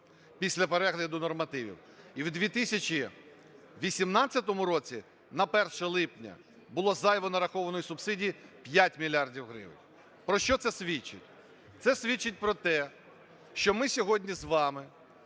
після перегляду нормативів. І у 2018 році на 1 липня було зайво нарахованої субсидії 5 мільярдів гривень. Про що це свідчить? Це свідчить про те, що ми сьогодні з вами